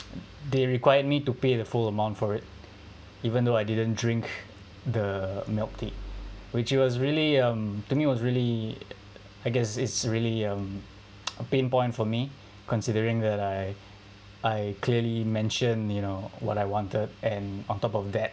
they required me to pay the full amount for it even though I didn't drink the milk tea which was really um to me was really I guess it's really um a pain point for me considering that I I clearly mention you know what I wanted and on top of that